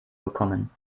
bekommen